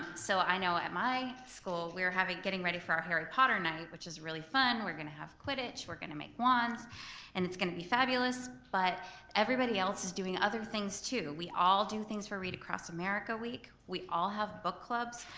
so i know at my school we're getting ready for our harry potter night which is really fun, we're gonna play quidditch, we're gonna make wands and it's gonna be fabulous but everybody else is doing other things too. we all do things for read across america week. we all have book clubs,